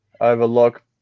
overlook